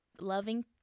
loving